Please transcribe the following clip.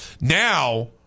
Now